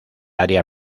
área